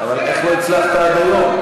אבל איך לא הצלחת עד היום?